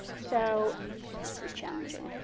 so this is challenging.